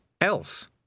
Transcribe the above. else